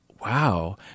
wow